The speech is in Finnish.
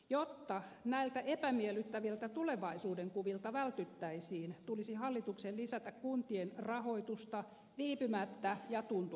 jotta näiltä epämiellyttäviltä tulevaisuudenkuvilta vältyttäisiin tulisi hallituksen lisätä kuntien rahoitusta viipymättä ja tuntuvasti